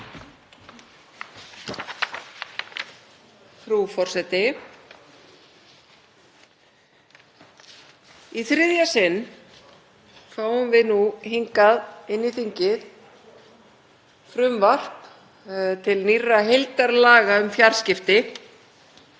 Frú forseti. Í þriðja sinn fáum við hingað inn í þingið frumvarp til nýrra heildarlaga um fjarskipti.